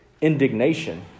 indignation